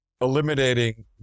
Eliminating